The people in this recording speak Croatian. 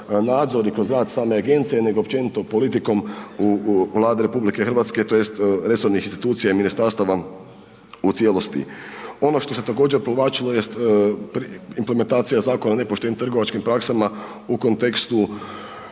nadzor i kroz same agencije nego općenito politikom u, u, Vlade RH tj. resornih institucija i ministarstvom u cijelosti. Ono što se također provlačilo jest implementacija Zakona o nepoštenim trgovačkim praksama u kontekstu